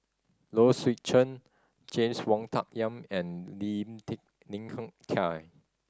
Low Swee Chen James Wong Tuck Yim and Lim tech Lim Hng Kiang